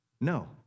No